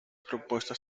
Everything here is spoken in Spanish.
propuestas